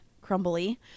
crumbly